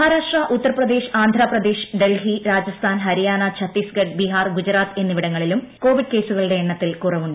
മഹാരാഷ്ട്ര ഉത്തർപ്രദേശ് ആന്ധ്രാപ്രദേശ് ഡൽഹി രാജസ്ഥാൻ ഹരിയാന ഛത്തീസ്ഗഢ് ബീഹാർ ഗുജറാത്ത് എന്നിവിടങ്ങളിലും കോവിഡ് കേസുകളുടെ എണ്ണത്തിൽ കുറവുണ്ട്